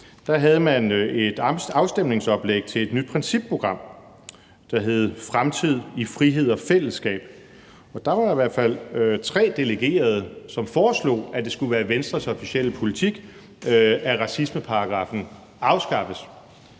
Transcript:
2006 havde man et afstemningsoplæg om et nyt principprogram, der hed »Fremtid i frihed og fællesskab«, og der var i hvert fald tre delegerede, der foreslog, at det skulle være Venstres officielle politik, at racismeparagraffen blev afskaffet.